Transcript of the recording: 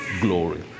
Glory